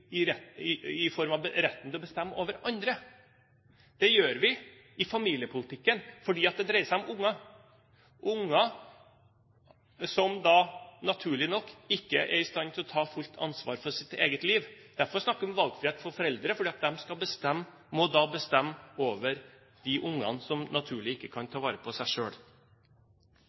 form av retten til å bestemme over andre. Det gjør vi i familiepolitikken, fordi det dreier seg om barn, barn som da naturlig nok ikke er i stand til å ta fullt ansvar for sitt eget liv. Derfor snakker vi om valgfrihet for foreldre, for de må bestemme over de barna som naturlig nok ikke kan ta vare på seg